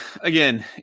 again